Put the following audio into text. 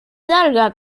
larga